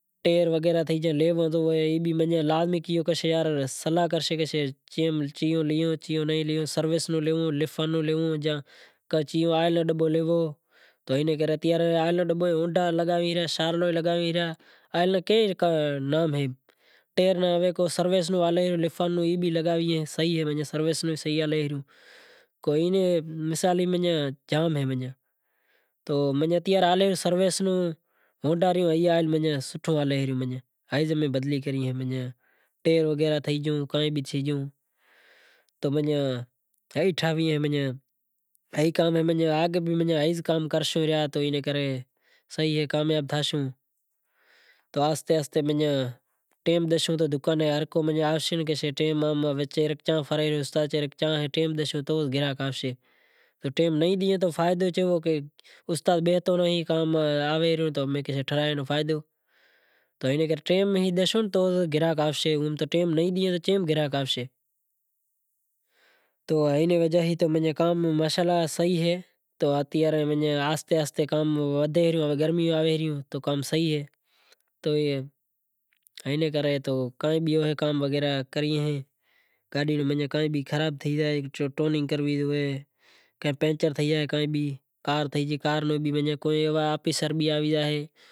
لازمی کو شیارے رو صلاح کرسے آئل ناں کئی نام اہیں کو سروس نو آئل اہے ای بھی لگوی تو ای بھی صحیح اہے۔ سروس نو بھی صحیح اہے مثال جام اہیں ہازکل سروس آئل سوٹھو ہلے ریو۔ تیر تی گیو تو ماناں ہائی کام اہے تو آہستے آہستے ٹیم نو بھی خیال کرنڑو پڑے ہر مانڑو کہیسے کہ ماں رو کام ٹیم ماتھے تھئی زائے اینو کرے ٹیم دشیو تو گراہک آوشے ٹیم نہیں دیئں تو فائدو کیوو استاد بئے تانڑی کام آوے۔ ٹیم دشیو تو گراہک آوشے ٹیم نہیں دیاں تو گراہک چیاں آوشے۔ تو اینی وجہ سے کام میں ماشا اللہ صحیح اہے آہستے آہستے کام ودھے ریو۔ گرمی آوی ریوں تو کام صحیح اے، کام وغیرہ کری ہیں گاڈی وغیرہ کائیں بھی خراب تھے زائے ٹیوننگ کرننوی ہوئے، پنچر تھے زائے۔